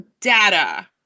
data